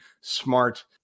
smart